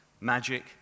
magic